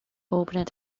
opened